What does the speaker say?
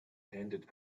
hand